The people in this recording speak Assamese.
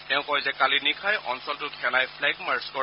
তেওঁ কয় যে কালি নিশাই অঞলটোত সেনাই ফ্লেগ মাৰ্চ কৰে